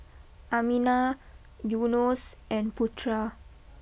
Aminah Yunos and Putra